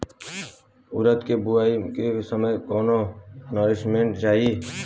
उरद के बुआई के समय कौन नौरिश्मेंट चाही?